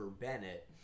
Bennett